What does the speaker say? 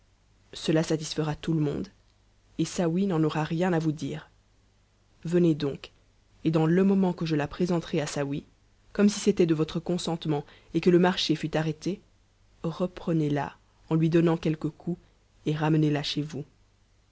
cela satisfera tout le monde et saouy n'en aura rien à vous dire venez donc et dans le moment que je la présenterai à saouy com si c'était de votre consentement et que le marché fût arrêté reprenez en lui donnant quelques coups et remenez là chez vous